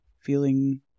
feeling